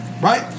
right